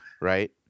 right